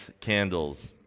candles